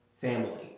family